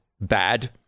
bad